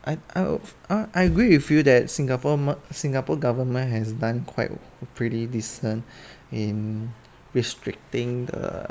I uh I agree with you that singapore mer~ singapore government has done quite pretty decent in restricting uh